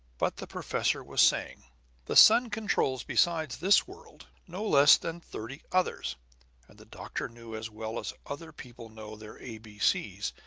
but the professor was saying the sun controls, besides this world, no less than thirty others and the doctor knew, as well as other people know their a b c's,